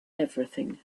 everything